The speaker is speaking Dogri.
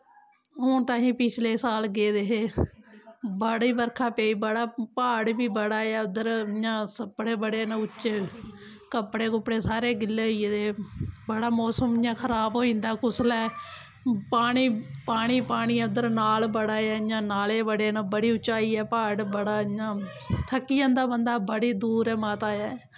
हून ते असें पिछले साल गेदे हे बड़ी बरखा पेई बड़ा प्हाड़ बी बड़ा ऐ उद्धर इ'यां सप्पड़ बड़े न उच्चे कपड़े कुपड़े सारे गिल्ले होई गेदे हे बड़ा मोसम इ'यां खराब होई जंदा कुसलै पानी पानी पानी ऐ उद्धर नाल बड़ा ऐ इ'यां नाले बड़े न बड़ी उंचाई प्हाड़ बड़ा इ'यां थक्की जंदा ऐ बंदा बड़ी दूर ऐ माता ऐ